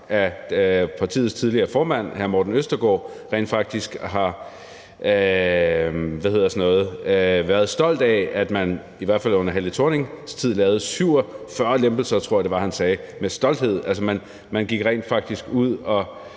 at partiets tidligere formand hr. Morten Østergaard rent faktisk har været stolt af, at man, i hvert fald i Helle Thorning-Schmidts tid, lavede 47 lempelser – tror jeg det var han sagde med stolthed. Man gik rent faktisk ud og